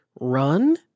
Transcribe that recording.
run